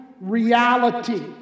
reality